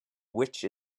which